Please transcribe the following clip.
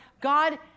God